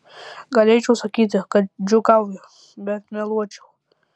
galėčiau sakyti kad džiūgauju bet meluočiau